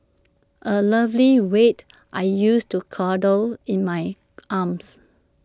A lovely weight I used to cradle in my arms